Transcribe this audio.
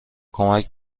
کمک